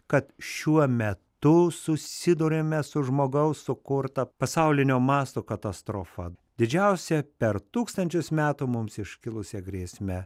kad šiuo metu susiduriame su žmogaus sukurta pasaulinio masto katastrofa didžiausia per tūkstančius metų mums iškilusia grėsme